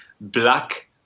black